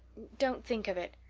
don't think of it.